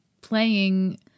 playing